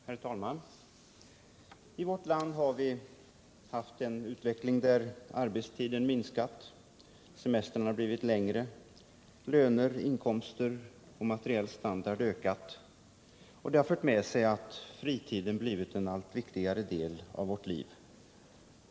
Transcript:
Herr talman! I vårt land har vi haft en utveckling där arbetstiden minskat, semestrarna blivit längre, löner, inkomster och materiell standard ökat. Detta har fört med sig att fritiden har blivit en allt viktigare del av vårt liv.